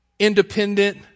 independent